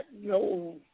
no